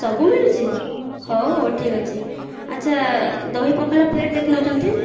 ସବୁ ମିଳୁଛି ହେଉ ହେଉ ଠିକ୍ ଅଛି ଆଚ୍ଛା ଦହି ପଖାଳ ପ୍ଲେଟ କେତେ ନେଉଛନ୍ତି